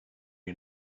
you